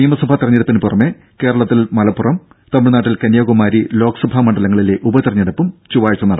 നിയമസഭാ തിരഞ്ഞെടുപ്പിന് പുറമേ കേരളത്തിൽ മലപ്പുറം തമിഴ്നാട്ടിൽ കന്യാകുമാരി ലോക്സഭാ മണ്ഡലങ്ങളിലെ ഉപതിരഞ്ഞെടുപ്പും ചൊവ്വാഴ്ചയാണ്